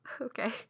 okay